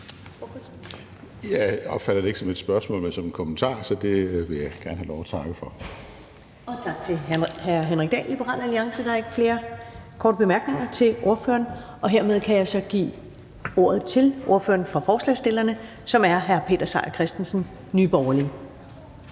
Jeg opfatter det ikke som et spørgsmål, men som en kommentar. Så det vil jeg gerne have lov at takke for. Kl. 14:16 Første næstformand (Karen Ellemann): Tak til hr. Henrik Dahl fra Liberal Alliance. Der er ikke flere korte bemærkninger til ordføreren, og hermed kan jeg så give ordet til ordføreren for forslagsstillerne, som er hr. Peter Seier Christensen, Nye Borgerlige.